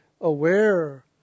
aware